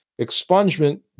Expungement